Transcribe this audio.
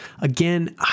Again